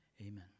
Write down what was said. Amen